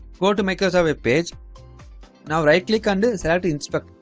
for to make us have a page now right click under is how to inspect